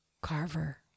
Carver